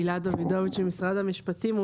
אני הילה דוידוביץ', ממשרד המשפטים.